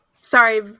sorry